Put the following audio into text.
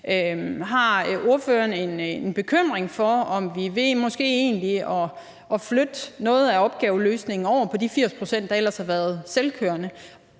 Har ordføreren en bekymring for, om vi måske egentlig ved at flytte noget af opgaveløsningen over på de 80 pct., der ellers har været selvkørende,